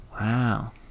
Wow